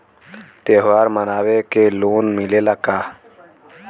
त्योहार मनावे के लोन मिलेला का?